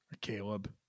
Caleb